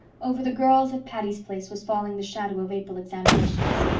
over the girls at patty's place was falling the shadow of april examinations.